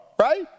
right